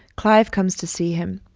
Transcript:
clive comes to see him.